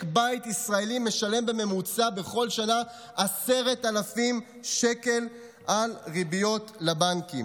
בית ישראלי משלם בממוצע בכל שנה 10,000 שקל על ריביות לבנקים.